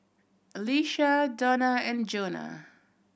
Alycia Dona and Jonah